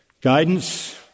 guidance